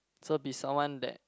so be someone that